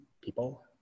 people